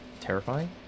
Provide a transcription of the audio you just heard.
terrifying